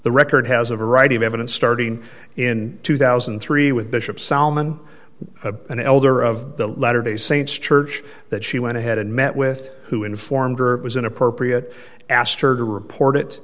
the record has a variety of evidence starting in two thousand and three with bishop solomon an elder of the latter day saints church that she went ahead and met with who informed or was inappropriate asked her to report it